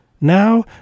now